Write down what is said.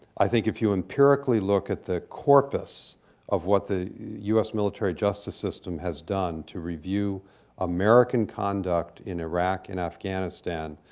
i think if you empirically look at the corpus of what the u s. military justice system has done to review american conduct in iraq and afghanistan,